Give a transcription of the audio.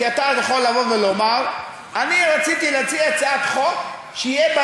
כי אתה יכול לבוא ולומר: אני רציתי להציע הצעת חוק שיהיה בה